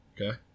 Okay